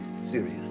serious